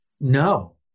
no